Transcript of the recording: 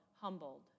humbled